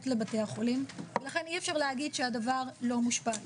לבתי החולים ולכן אי אפשר להגיד שהדבר לא מושפע.